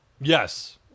Yes